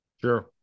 Sure